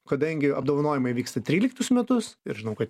kadangi apdovanojimai vyksta tryliktus metus ir žinau kad